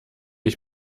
ich